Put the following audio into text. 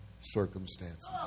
circumstances